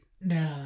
No